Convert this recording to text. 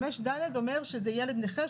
5(ד) אומר שזה ילד נכה,